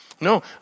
No